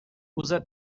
usa